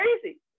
crazy